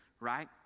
right